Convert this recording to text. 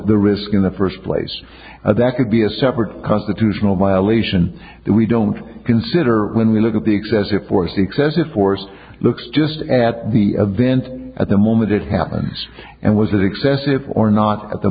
the risk in the first place that could be a separate constitutional violation that we don't consider when we look at the excessive force excessive force looks just at the event at the moment it happens and was excessive or not at the